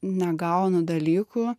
negaunu dalykų